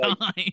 time